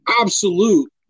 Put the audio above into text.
absolute